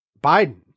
Biden